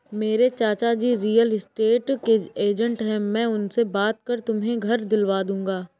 मेरे चाचाजी real estate के एजेंट है मैं उनसे बात कर तुम्हें घर दिलवा दूंगा